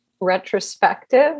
retrospective